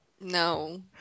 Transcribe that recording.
No